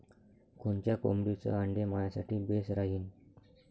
कोनच्या कोंबडीचं आंडे मायासाठी बेस राहीन?